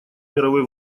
мировой